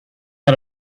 out